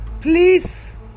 please